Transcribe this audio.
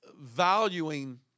valuing